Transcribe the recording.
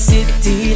City